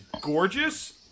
gorgeous